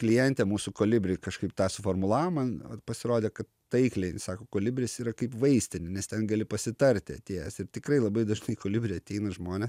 klientė mūsų kolibry kažkaip tą suformulavo man pasirodė kad taikliai sako kolibris yra kaip vaistinė nes ten gali pasitarti atėjęs ir tikrai labai dažnai į kolibrį ateina žmonės